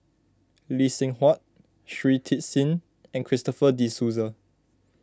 Lee Seng Huat Shui Tit Sing and Christopher De Souza